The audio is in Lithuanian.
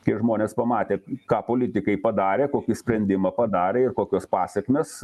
kai žmonės pamatė ką politikai padarė kokį sprendimą padarė ir kokios pasekmės